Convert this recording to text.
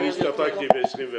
הסתפקתי ב-21 יום.